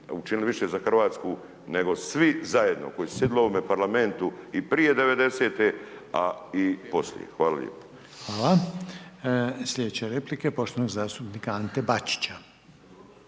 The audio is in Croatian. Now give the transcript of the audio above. učinili više za Hrvatsku nego svi zajedno koji su sjedili u ovome Parlamenti i prije 90-te a i poslije. Hvala lijepa. **Reiner, Željko (HDZ)** Hvala. Sljedeća replika je poštovanog zastupnika Ante Bačić.